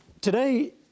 Today